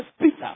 Peter